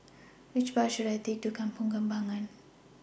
Which Bus should I Take to Kampong Kembangan